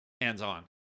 hands-on